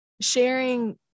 sharing